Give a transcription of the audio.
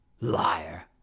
Liar